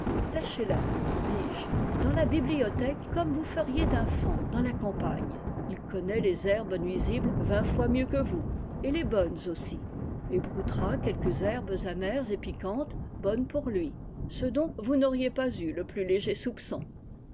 lâchez la dis-je dans la bibliothèque comme vous feriez d'un faon dans la campagne h connaît les herbes nuisibles vingt fois mieux que vous et les bonnes aussi et broutera quelques herbes amères et piquantes bonnes pour lui ce dont vous n'auriez pas eu le plus léger soupçon